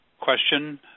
question